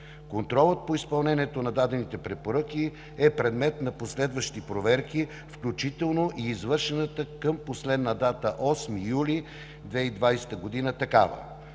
Контролът по изпълнението на дадените препоръки е предмет на последващи проверки включително и извършената към последна дата 8 юли 2020 г.